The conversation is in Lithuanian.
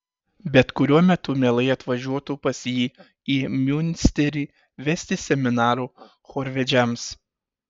bet kuriuo metu mielai atvažiuotų pas jį į miunsterį vesti seminarų chorvedžiams